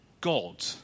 God